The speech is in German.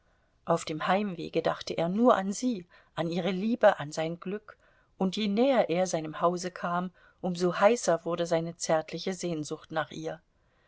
auf dem heimwege dachte er nur an sie an ihre liebe an sein glück und je näher er seinem hause kam um so heißer wurde seine zärtliche sehnsucht nach ihr